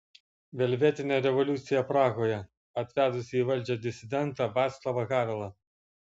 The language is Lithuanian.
velvetinė revoliucija prahoje atvedusi į valdžią disidentą vaclavą havelą